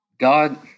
God